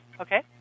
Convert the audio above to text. Okay